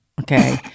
Okay